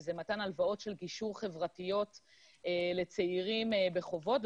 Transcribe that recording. שזה מתן הלוואות חברתיות של גישור לצעירים בחובות,